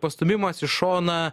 pastūmimas į šoną